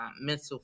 mental